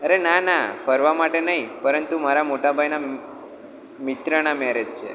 અરે ના ના ફરવા માટે નહીં પરંતુ મારા મોટા ભાઈના મિત્રના મેરેજ છે